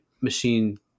machine